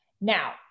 Now